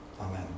Amen